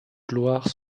gloire